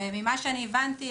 ממה שאני הבנתי,